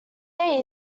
day